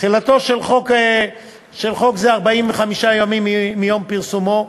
תחילתו של חוק זה 45 ימים מיום פרסומו,